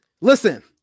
Listen